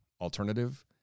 alternative